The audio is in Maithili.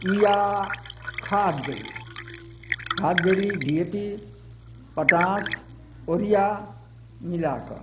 ई या खाद देली खाद देली D A P potash urea मिलाकऽ